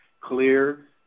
clear